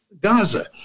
Gaza